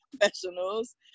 professionals